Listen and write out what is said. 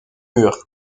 mur